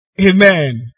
Amen